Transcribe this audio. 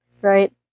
right